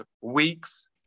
weeks